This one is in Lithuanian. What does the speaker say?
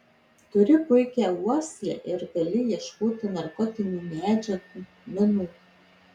turi puikią uoslę ir gali ieškoti narkotinių medžiagų minų